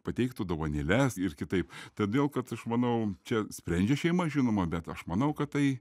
pateiktų dovanėles ir kitaip todėl kad aš manau čia sprendžia šeima žinoma bet aš manau kad tai